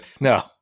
no